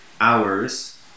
hours